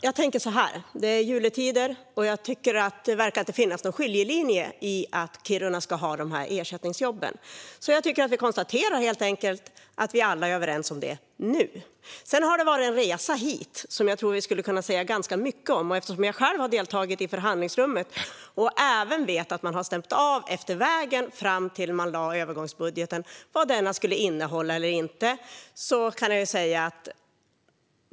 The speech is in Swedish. Fru talman! Det är juletider, och det verkar inte finnas någon skiljelinje i att Kiruna ska ha ersättningsjobben. Jag tycker att vi helt enkelt konstaterar att vi alla är överens om det nu. Sedan har det varit en resa hit som jag tror att vi skulle kunna säga ganska mycket om. Jag själv har deltagit i förhandlingsrummet och vet även att man stämt av efter vägen fram till att man lade fram övergångsbudgeten vad den skulle innehålla eller inte.